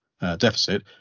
deficit